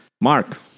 Mark